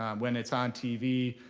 um when it's on tv,